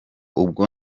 ubwo